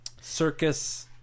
circus